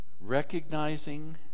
Recognizing